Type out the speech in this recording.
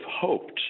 hoped